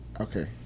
Okay